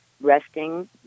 Resting